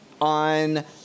on